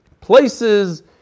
places